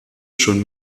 schon